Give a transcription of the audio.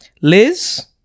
Liz